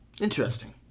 Interesting